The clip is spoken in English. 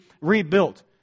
rebuilt